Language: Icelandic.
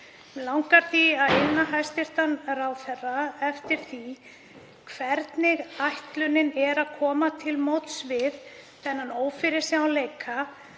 langar því að inna hæstv. ráðherra eftir því hvernig ætlunin sé að koma til móts við þennan ófyrirsjáanleika